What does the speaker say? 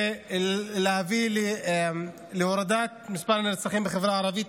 ולהביא להורדת מספר הנרצחים בחברה הערבית,